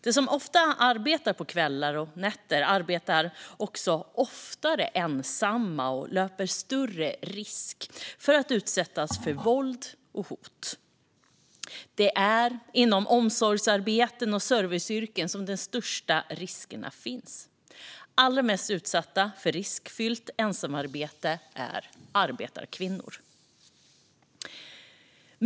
De som ofta arbetar på kvällar och nätter arbetar också oftare ensamma och löper större risk att utsättas för våld och hot. Det är inom omsorgsarbeten och serviceyrken de största riskerna finns, och allra mest utsatta för riskfyllt ensamarbete är arbetarkvinnor.